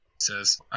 says